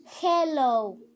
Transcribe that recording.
Hello